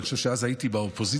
אני חושב שאז הייתי באופוזיציה,